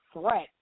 threat